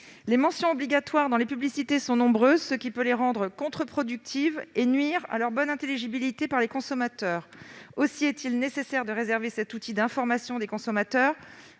Les mentions obligatoires dans les publicités sont nombreuses, ce qui peut les rendre contre-productives et nuire à leur bonne intelligibilité par les consommateurs. Aussi est-il nécessaire de réserver cet outil d'information des consommateurs